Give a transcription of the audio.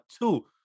two